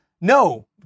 No